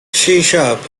sharp